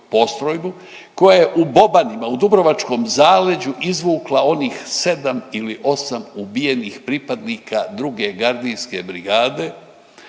koja je u Bobanima u Dubrovačkom zaleđu izvukla onih 7 ili 8 ubijenih pripadnika Druge gardijske brigade